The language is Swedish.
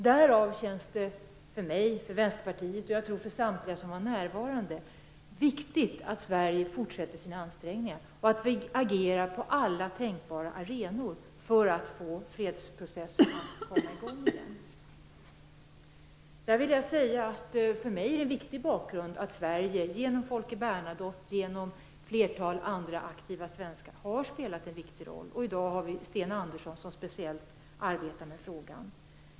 Därför känns det för mig och Vänsterpartiet samt, tror jag, för samtliga som var närvarande viktigt att Sverige fortsätter sina ansträngningar och att vi agerar på alla tänkbara arenor för att få fredsprocessen att komma i gång igen. För mig är det en viktig bakgrund att Sverige genom Folke Bernadotte och flera andra aktiva svenskar har spelat en viktig roll. I dag har vi Sten Andersson som speciellt arbetar med frågan.